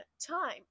time